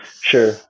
Sure